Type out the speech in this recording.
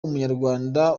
umunyarwanda